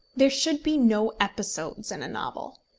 there should be no episodes in a novel.